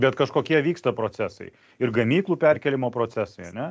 bet kažkokie vyksta procesai ir gamyklų perkėlimo procesai ane